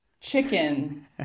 chicken